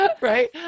Right